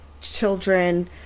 children